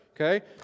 Okay